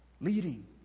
leading